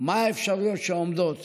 מה האפשרויות שעומדות